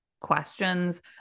questions